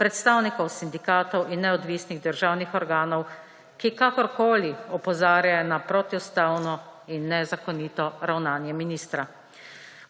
predstavnikov sindikatov in neodvisnih državnih organov, ki kakorkoli opozarjajo na protiustavno in nezakonito ravnanje ministra.